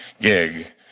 gig